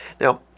Now